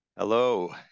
Hello